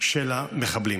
של המחבלים.